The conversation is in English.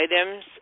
items